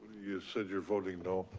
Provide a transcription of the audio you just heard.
you said you were voting no?